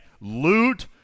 Loot